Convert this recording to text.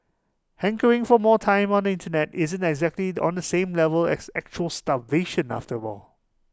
hankering for more time on the Internet isn't exactly on the same level as actual starvation after all